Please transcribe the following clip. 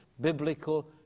biblical